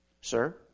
Sir